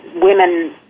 women